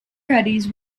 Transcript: caddies